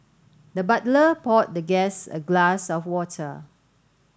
the butler poured the guest a glass of water